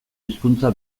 hizkuntza